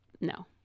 no